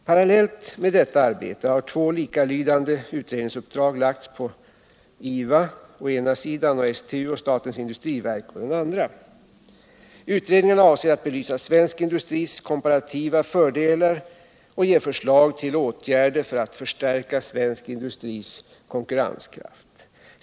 Parallellt med detta arbete har två likalydande utredningsuppdrag lagts på IVA å ena sidan och STU och statens industriverk å den andra. Utredningarna avser att belysa svensk industris komparativa fördelar och ge förslag till åtgärder för att förstärka svensk industris konkurrenskraft.